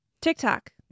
TikTok